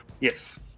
yes